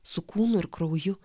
su kūnu ir krauju